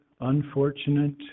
unfortunate